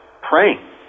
praying